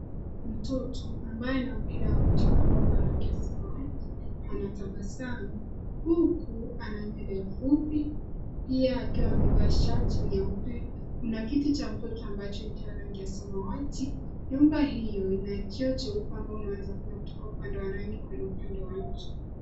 Mtoto ambaye ana mpira wa kucheza ambao ni wa rangi ya samawati anatabasabu, huku ana nywele fupi pia akiwa amevaa shati nyeupe. Kuna kiti cha mtoto ambacho ni cha rangi ya samawati. Nyumba hiyo ina kioo cheupe ambapo unaweza kuona kutoka upande wa ndani kwenda upande wa nje.